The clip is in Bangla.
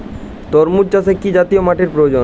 তরমুজ চাষে কি জাতীয় মাটির প্রয়োজন?